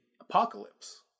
apocalypse